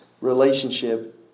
relationship